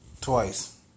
Twice